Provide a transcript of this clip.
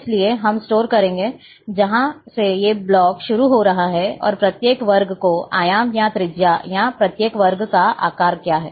इसलिए हम स्टोर करेंगे जहां से यह ब्लॉक शुरू हो रहा है और प्रत्येक वर्ग के आयाम या त्रिज्या या प्रत्येक वर्ग का आकार क्या है